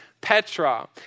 Petra